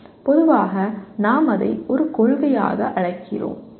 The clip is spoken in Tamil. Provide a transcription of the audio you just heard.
பொதுவாக நாம் அதை ஒரு கொள்கையாக அழைக்கிறோம்